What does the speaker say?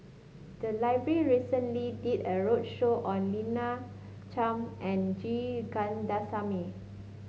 the library recently did a roadshow on Lina Chiam and G Kandasamy